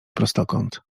prostokąt